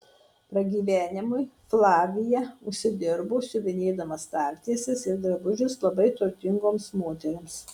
pragyvenimui flavija užsidirbo siuvinėdama staltieses ir drabužius labai turtingoms moterims